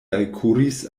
alkuris